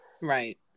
right